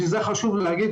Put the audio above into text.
וזה חשוב להגיד,